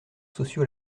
sociaux